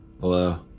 Hello